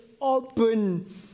open